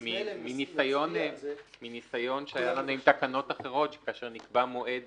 מניסיון שלנו עם תקנות אחרות, כאשר נקבע מועד